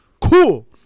Cool